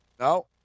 No